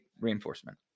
Reinforcement